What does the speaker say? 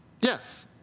Yes